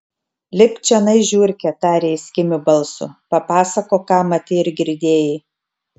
lipk čionai žiurke tarė jis kimiu balsu papasakok ką matei ir girdėjai